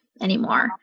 anymore